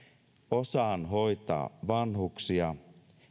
osaan hoitaa vanhuksia